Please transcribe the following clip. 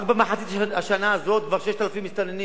רק במחצית השנה הזאת יש כבר 6,000 מסתננים.